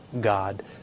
god